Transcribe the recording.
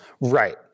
Right